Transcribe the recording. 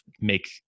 make